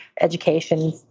education